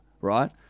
right